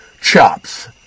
chops